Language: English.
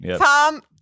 Tom